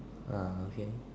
ah okay